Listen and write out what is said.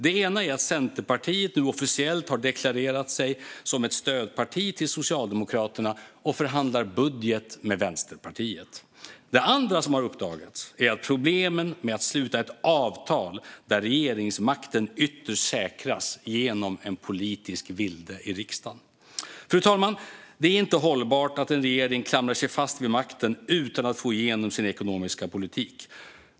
Det ena är att Centerpartiet nu officiellt har deklarerat sig som ett stödparti till Socialdemokraterna och förhandlar budget med Vänsterpartiet. Det andra som har uppdagats är problemen med att sluta ett avtal där regeringsmakten ytterst säkras genom en politisk vilde i riksdagen. Fru talman! Det är inte hållbart att en regering klamrar sig fast vid makten utan att få igenom sin ekonomiska politik.